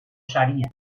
saria